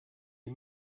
die